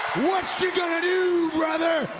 what you gonna do brother,